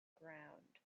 ground